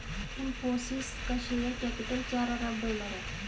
इनफ़ोसिस का share capital चार अरब डॉलर है